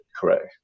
correct